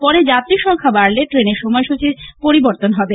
পরে যাত্রী সংখ্যা বাড়লে ট্রেনের সময়সূচির পরিবর্তন হবে